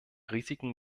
risiken